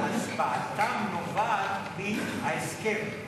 הצבעתם נובעת מן ההסכם.